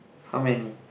how many